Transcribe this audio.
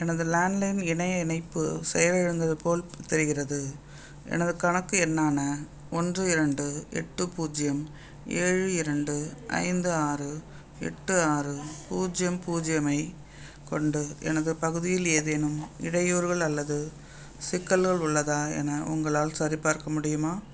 எனது landline இணைய இணைப்பு செயலிழந்தது போல் தெரிகிறது எனது கணக்கு எண்ணான ஒன்று இரண்டு எட்டு பூஜ்யம் ஏழு இரண்டு ஐந்து ஆறு எட்டு ஆறு பூஜ்யம் பூஜ்யமை கொண்டு எனது பகுதியில் ஏதேனும் இடையூறுகள் அல்லது சிக்கல்கள் உள்ளதா என உங்களால் சரிப்பார்க்க முடியுமா